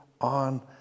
on